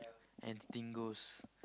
anything goes